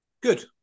Good